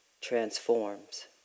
transforms